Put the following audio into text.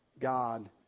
God